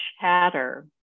chatter